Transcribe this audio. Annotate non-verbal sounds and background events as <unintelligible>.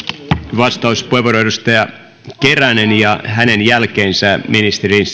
vastauspuheenvuoro edustaja keränen ja hänen jälkeensä ministeri <unintelligible>